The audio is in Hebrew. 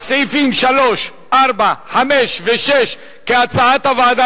סעיפים 3, 4, 5 ו-6 כהצעת הוועדה.